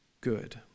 good